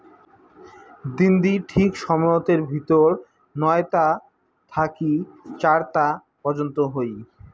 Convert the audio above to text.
দিননি ঠিক সময়তের ভিতর নয় তা থাকি চার তা পর্যন্ত হই